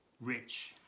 rich